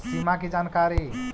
सिमा कि जानकारी?